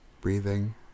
Breathing